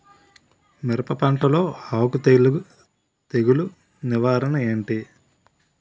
మిరప పంటలో ఆకు తెగులు నివారణ ఏంటి?